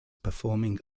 performing